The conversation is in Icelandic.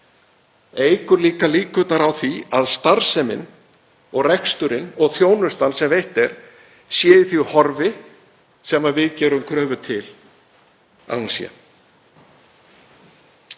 eykur líkur á því að starfsemin og reksturinn og þjónustan sem veitt er sé í því horfi sem við gerum kröfu um að